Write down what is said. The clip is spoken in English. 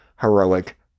heroic